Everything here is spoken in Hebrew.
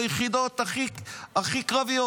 ליחידות הכי קרביות,